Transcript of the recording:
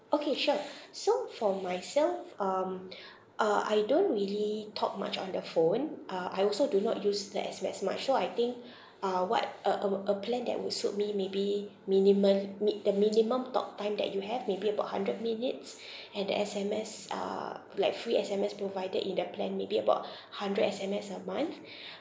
okay sure so for myself um uh I don't really talk much on the phone uh I also do not use the S_M_S much so I think uh what uh uh wha~ a plan that would suit me maybe minimal meet the minimum talktime that you have maybe about hundred minutes and the S_M_S uh like free S_M_S provided in the plan maybe about hundred S_M_S a month